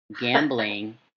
gambling